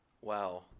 Wow